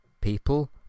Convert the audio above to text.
people